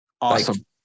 Awesome